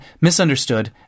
misunderstood